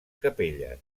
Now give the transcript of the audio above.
capelles